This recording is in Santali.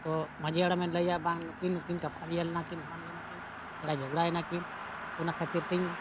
ᱛᱚ ᱢᱟᱺᱡᱷᱤ ᱦᱟᱲᱟᱢᱮ ᱞᱟᱹᱭᱟ ᱵᱟᱝ ᱱᱩᱠᱤᱱ ᱱᱩᱠᱤᱱ ᱠᱷᱟᱹᱯᱟᱹᱨᱤᱭᱟᱹ ᱞᱮᱱᱟᱠᱤᱱ ᱮᱢᱟᱱ ᱞᱮᱱᱟᱠᱤᱱ ᱞᱟᱹᱲᱦᱟᱹᱭ ᱡᱷᱚᱜᱽᱲᱟ ᱭᱮᱱᱟᱠᱤᱱ ᱚᱱᱟ ᱠᱷᱟᱹᱛᱤᱨ ᱛᱤᱧ